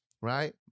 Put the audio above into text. right